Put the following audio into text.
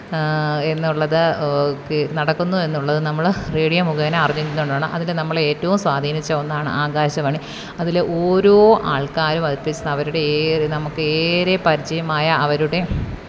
എന്നുള്ളത് ക് നടക്കുന്നു എന്നുള്ളത് നമ്മൾ റേഡിയോ മുഖേന അറിഞ്ഞിരുന്നോണ്ടാണ് അതിന് നമ്മളെ ഏറ്റവും സ്വാധീനിച്ച ഒന്നാണ് ആകാശവാണി അതിൽ ഓരോ ആള്ക്കാരും അവരുടെയോ നമുക്ക് ഏറെ പരിചയമായ അവരുടെ